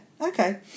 okay